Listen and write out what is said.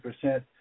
percent